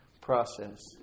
process